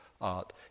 art